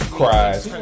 cries